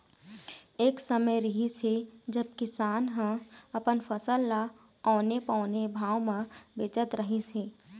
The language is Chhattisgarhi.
एक समे रिहिस हे जब किसान ह अपन फसल ल औने पौने भाव म बेचत रहिस हे